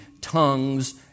tongues